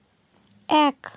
এক